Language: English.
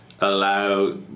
allow